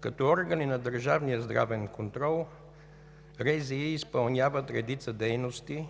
Като органи на държавния здравен контрол РЗИ изпълняват редица дейности,